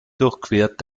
durchquert